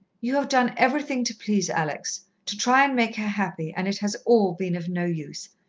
you have done everything to please alex to try and make her happy, and it has all been of no use.